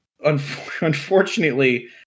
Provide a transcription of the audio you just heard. unfortunately